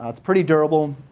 it's pretty durable,